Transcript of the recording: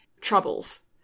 troubles